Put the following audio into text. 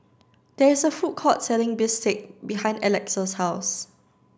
there is a food court selling Bistake behind Elex's house